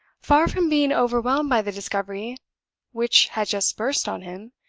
far from being overwhelmed by the discovery which had just burst on him,